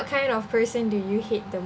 kind of person do you hate the